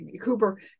Cooper